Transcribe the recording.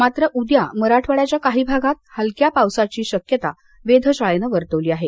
मात्र उद्या मराठवाङ्याच्या काही भागात हलक्या पावसाची शक्यता वेधशाळेनं वर्तवली आहे